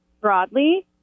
Broadly